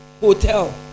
hotel